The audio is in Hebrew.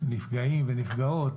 מדברים על נפגעים ונפגעות